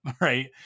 right